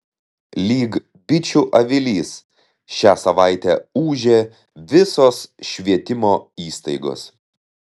lyg bičių avilys šią savaitę ūžė visos švietimo įstaigos